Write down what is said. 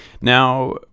Now